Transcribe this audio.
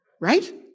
Right